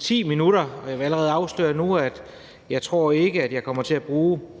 10 minutter. Jeg vil allerede afsløre nu, at jeg ikke tror, at jeg kommer til at bruge